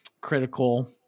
critical